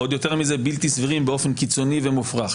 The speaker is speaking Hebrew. ועוד יותר מזה בלתי סבירים באופן קיצוני ומופרך?